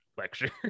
lecture